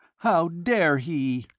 how dare he!